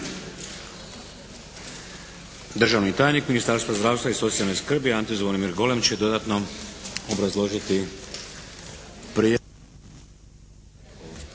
Državni tajnik Ministarstva zdravstva i socijalne skrbi Ante Zvonimir Golem će dodatno obrazložiti prijedlog.